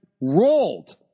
rolled